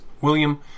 William